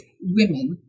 women